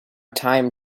time